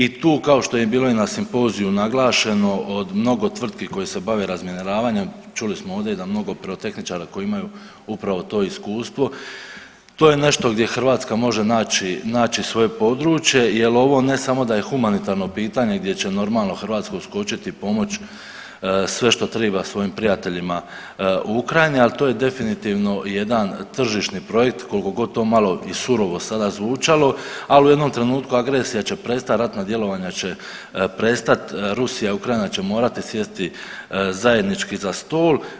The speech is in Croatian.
I tu kao što je bilo i na simpoziju naglašeno od mnogo tvrtki koje se bave razminiravanjem, čuli smo ovdje i da mnogo pirotehničara koji imaju upravo to iskustvo, to je nešto gdje Hrvatska može naći, naći svoje područje jer ovo ne samo da je humanitarno pitanje gdje će normalno Hrvatska uskočiti i pomoći sve što triba svojim prijateljima u Ukrajini, ali to je definitivno jedan tržišni projekt koliko god to malo i surovo sada zvučalo, a u jednom trenutku agresija će prestati, ratna djelovanja će prestati, Rusija i Ukrajina će morati sjesti zajednički za stol.